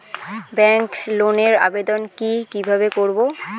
Bank লোনের আবেদন কি কিভাবে করব?